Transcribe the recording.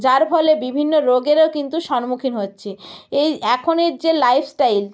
যার ফলে বিভিন্ন রোগেরও কিন্তু সন্মুখীন হচ্ছে এই এখনের যে লাইফ স্টাইল